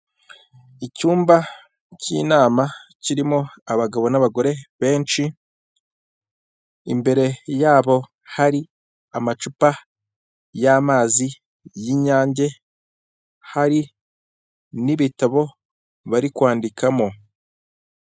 Icyumba cy'inama kirimo abagabo n'abagore benshi, imbere ya bo hari amacupa y'amazi y'inyange, hari n'ibitabo bari kwandikamo.